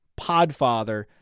podfather